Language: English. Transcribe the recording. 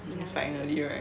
mm finally right